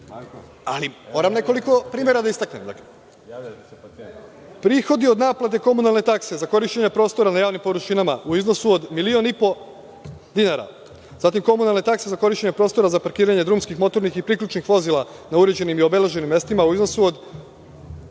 ali moram nekoliko primera da istaknem. Dakle, prihodi od naplate komunalne takse za korišćenje prostora na javnim površinama u iznosu od milion i po dinara, zatim komunalne takse za korišćenje prostora za parkiranje drumskih, motornih i priključnih vozila na uređenim i obeleženim mestima u iznosu od